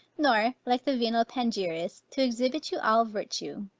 nor, like the venal panegyrist, to exhibit you all virtue.